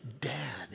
dad